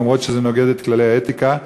אף שזה נוגד את כללי האתיקה,